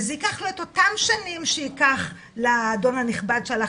וזה ייקח לו את אותן שנים שייקח לאדון הנכבד שהלך